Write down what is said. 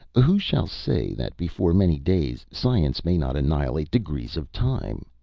who shall say that before many days science may not annihilate degrees of time?